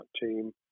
team